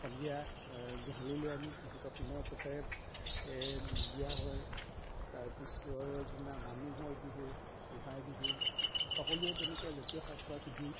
সন্ধিয়া গোহালিলৈ আনি সিহঁতক ন পঘাৰে দিয়া হয় তাৰপিছৰ দিনা মানুহৰ বিহু গোসাঁই বিহু সকলোৱে তেনেকৈ জাতীয় সাজপাৰ পিন্ধি